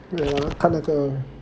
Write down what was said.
wait ah 看那个